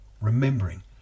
remembering